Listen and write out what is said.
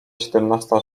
siedemnasta